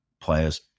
players